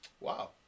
Wow